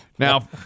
Now